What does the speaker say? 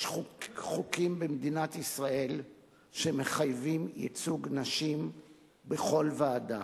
יש חוקים במדינת ישראל שמחייבים ייצוג נשים בכל ועדה,